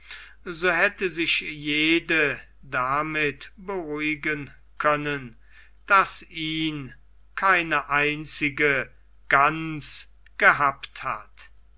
so hätte sich jede damit beruhigen können daß ihn keine einzige ganz gehabt hat